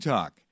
Talk